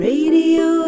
Radio